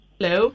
Hello